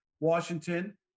Washington